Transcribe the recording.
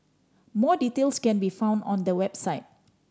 more details can be found on the website